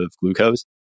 glucose